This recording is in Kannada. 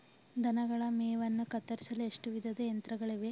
ದನಗಳ ಮೇವನ್ನು ಕತ್ತರಿಸಲು ಎಷ್ಟು ವಿಧದ ಯಂತ್ರಗಳಿವೆ?